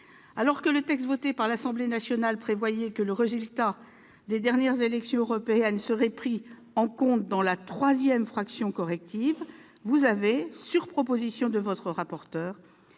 Alors que le texte voté par l'Assemblée nationale prévoyait que le résultat des dernières élections européennes serait pris en compte dans la troisième fraction corrective, vous avez décidé, sur proposition de votre rapporteur,